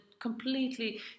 completely